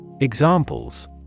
Examples